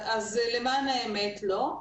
אז למען האמת לא,